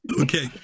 okay